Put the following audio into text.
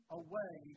away